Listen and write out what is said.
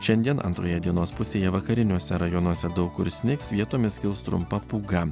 šiandien antroje dienos pusėje vakariniuose rajonuose daug kur snigs vietomis kils trumpa pūga